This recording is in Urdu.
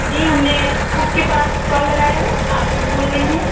جی ہم نے کوک کے پاس کال لگایا ہے آپ کوک بول رہی ہیں